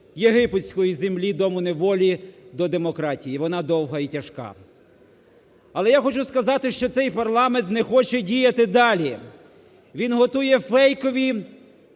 єгипетської землі, дому неволі до демократії, вона довга і тяжка. Але я хочу сказати, що цей парламент не хоче діяти далі, він готує фейкові